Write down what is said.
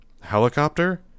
Helicopter